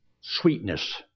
sweetness